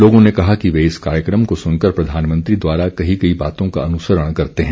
लोगों ने कहा कि वे इस कार्यक्रम को सुनकर प्रधानमंत्री द्वारा कही गई बातों का अनुसरण करते हैं